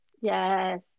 Yes